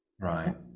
Right